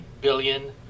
billion